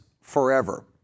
forever